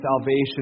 salvation